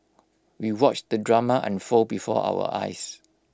we watched the drama unfold before our eyes